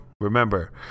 remember